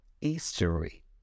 history